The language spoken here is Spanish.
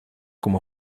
como